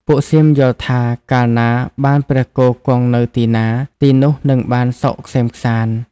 ពួកសៀមយល់ថា កាលណាបានព្រះគោគង់នៅទីណា ទីនោះនឹងបានសុខក្សេមក្សាន្ដ។